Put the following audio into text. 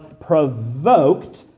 provoked